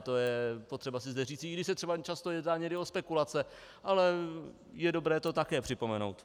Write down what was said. To je potřeba si zde říci, i když se třeba často jedná někdy o spekulace, ale je dobré to také připomenout.